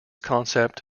concept